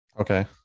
Okay